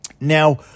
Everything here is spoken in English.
Now